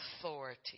authority